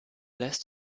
lässt